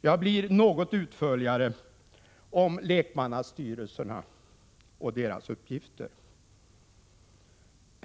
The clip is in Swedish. Jag blir något utförligare beträffande lekmannastyrelserna och deras uppgifter.